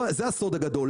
זה הסוד הגדול,